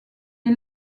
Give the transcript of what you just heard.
est